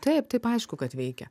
taip taip aišku kad veikia